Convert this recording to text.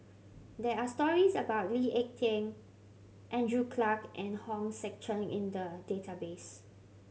there are stories about Lee Ek Tieng Andrew Clarke and Hong Sek Chern in the database